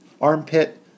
armpit